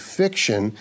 fiction